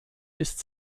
ist